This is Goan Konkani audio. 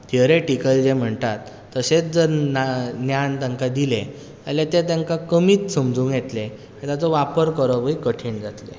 थियोरेटिकल जें म्हणटात तशेंच जर ज्ञान तांकां दिलें जाल्यार तें तांकां कमींत समजूंक येतलें ताचो वापर करपूय कठीण जातलें